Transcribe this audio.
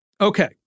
Okay